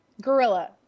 gorilla